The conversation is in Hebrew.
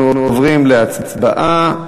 אנחנו עוברים להצבעה.